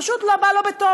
פשוט לא בא לו בטוב.